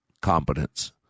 competence